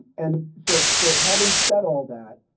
and, so so having said all that,